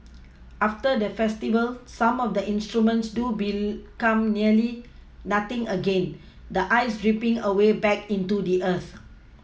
after the festival some of the instruments do become nearly nothing again the ice dripPing away back into the earth